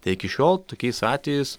tai iki šiol tokiais atvejais